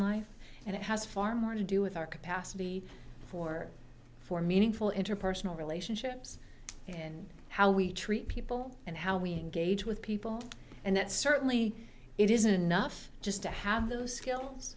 life and it has far more to do with our capacity for for meaningful interpersonal relationships and how we treat people and how we engage with people and that's certainly it isn't enough just to have those skills